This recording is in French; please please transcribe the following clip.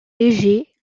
léger